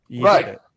Right